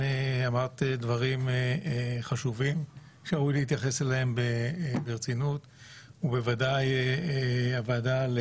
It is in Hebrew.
גם אתה עושה שימוש בוועדה,